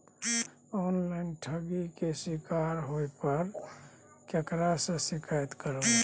Online ठगी के शिकार होय पर केकरा से शिकायत करबै?